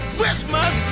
Christmas